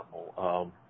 example